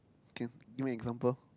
can give me example